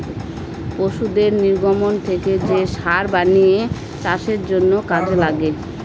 পশুদের নির্গমন থেকে যে সার বানিয়ে চাষের জন্য কাজে লাগে